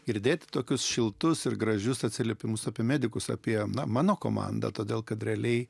girdėti tokius šiltus ir gražius atsiliepimus apie medikus apie mano komandą todėl kad realiai